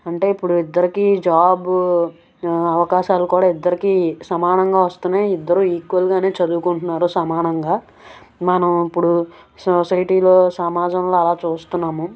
అంటే ఇప్పుడూ ఇద్దరికీ జాబ్ అవకాశాలు కూడా ఇద్దరికీ సమానంగా వస్తున్నాయి ఇద్దరూ ఈక్వల్గానే చదువుకుంటున్నారు సమానంగా మనం ఇప్పుడు సో సొసైటీలో సమాజంలో అలా చూస్తున్నాము